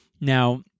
Now